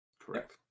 Correct